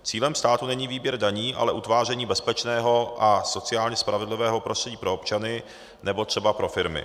Cílem státu není výběr daní, ale utváření bezpečného a sociálně spravedlivého prostředí pro občany nebo třeba pro firmy.